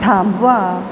थांबवा